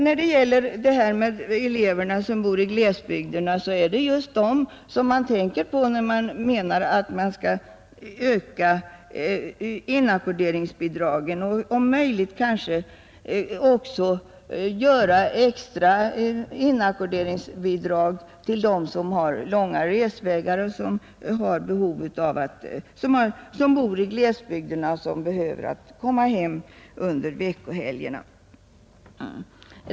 När det gäller eleverna i glesbygderna vill jag säga att det är just dem man tänker på när man menar att man skall öka inackorderingsbidragen och om möjligt ge extra inackorderingsbidrag till dem som bor i glesbygderna, har långa resvägar och behöver komma hem under veckohelgerna.